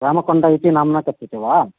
रामकोण्ड इति नाम्ना कथ्यते वा